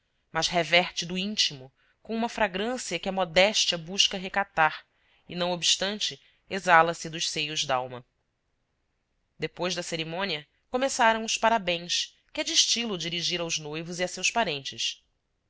mas reverte do íntimo com uma fragrância que a modéstia busca recatar e não obstante exala se dos seios dalma depois da cerimônia começaram os parabéns que é de estilo dirigir aos noivos e a seus parentes